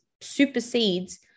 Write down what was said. supersedes